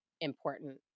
important